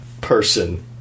person